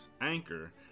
Anchor